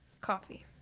Coffee